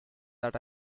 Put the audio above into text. that